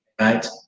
right